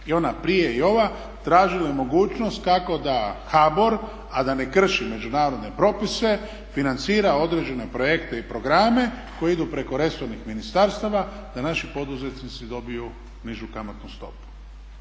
i ona prije i ova tražile mogućnost kako da HBOR, a da ne krši međunarodne propise financira određene projekte i programe koji idu preko resornih ministarstava da naši poduzetnici dobiju nižu kamatnu stopu